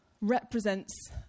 represents